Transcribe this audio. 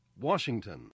Washington